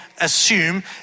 assume